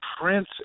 Prince